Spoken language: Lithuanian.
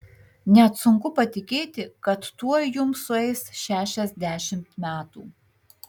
net sunku patikėti kad tuoj jums sueis šešiasdešimt metų